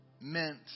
meant